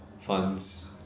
funds